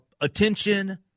attention